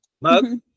Mug